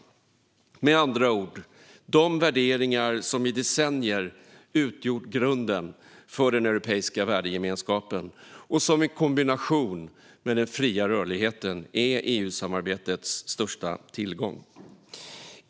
Det handlar med andra ord om de värderingar som i decennier utgjort grunden för den europeiska värdegemenskapen och som i kombination med den fria rörligheten är EU-samarbetets största tillgång.